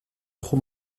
trop